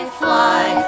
fly